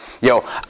yo